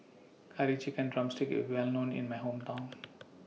Curry Chicken Drumstick IS Well known in My Hometown